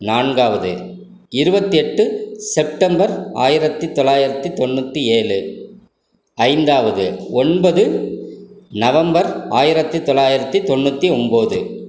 நான்காவது இருபத்தி எட்டு செப்டம்பர் ஆயிரத்தி தொள்ளாயிரத்தி தொண்ணூற்றி ஏழு ஐந்தாவது ஒன்பது நவம்பர் ஆயிரத்தி தொள்ளாயிரத்தி தொண்ணூற்றி ஒம்பது